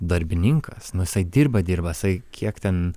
darbininkas nu jisai dirba dirba jisai kiek ten